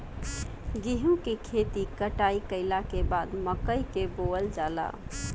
गेहूं के खेती कटाई कइला के बाद मकई के बोअल जाला